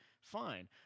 fine